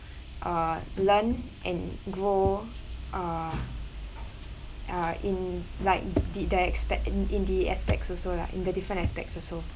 uh learn and grow uh uh in like the the aspect~ in the aspects also lah in the different aspects also